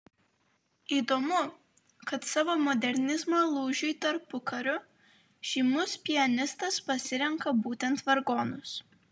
įdomu kad savo modernizmo lūžiui tarpukariu žymus pianistas pasirenka būtent vargonus